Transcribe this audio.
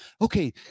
Okay